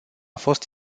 fost